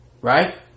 Right